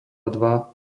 dva